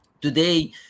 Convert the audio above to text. today